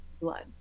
blood